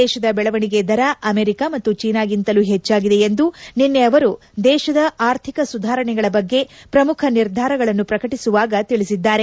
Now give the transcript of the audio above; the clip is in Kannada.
ದೇಶದ ಬೆಳವಣಿಗೆ ದರ ಅಮೆರಿಕ ಮತ್ತು ಚೀನಾಗಿಂತಲೂ ಹೆಚ್ಲಾಗಿದೆ ಎಂದು ನಿನ್ನೆ ಅವರು ದೇಶದ ಆರ್ಥಿಕ ಸುಧಾರಣೆಗಳ ಬಗ್ಗೆ ಪ್ರಮುಖ ನಿರ್ಧಾರಗಳನ್ನು ಪ್ರಕಟಿಸುವಾಗ ತಿಳಿಸಿದ್ದಾರೆ